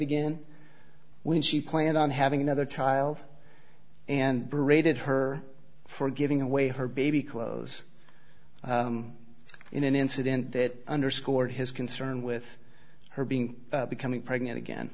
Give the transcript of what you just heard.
again when she planned on having another child and paraded her for giving away her baby clothes in an incident that underscored his concern with her being becoming pregnant again